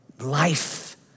life